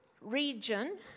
region